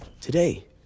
today